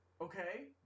Okay